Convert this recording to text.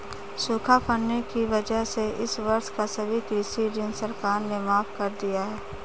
सूखा पड़ने की वजह से इस वर्ष का सभी कृषि ऋण सरकार ने माफ़ कर दिया है